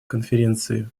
конференции